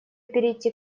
перейти